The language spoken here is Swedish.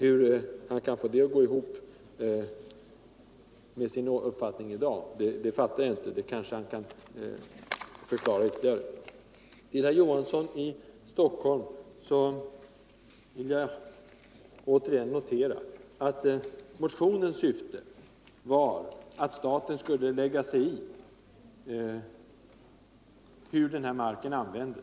Hur han kan få det att gå ihop med sin uppfattning i dag fattar jag inte, men han kanske vill förklara den saken ytterligare. När det gäller herr Olof Johansson i Stockholm vill jag återigen påpeka att motionens syfte var att staten skulle lägga sig i användningen av denna mark.